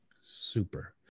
Super